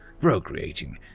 procreating